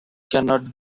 cannot